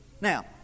Now